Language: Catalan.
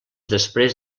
després